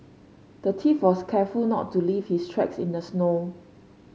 the thief was careful not to leave his tracks in the snow